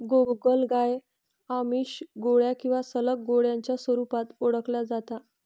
गोगलगाय आमिष, गोळ्या किंवा स्लॅग गोळ्यांच्या स्वरूपात ओळखल्या जाता